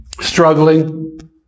struggling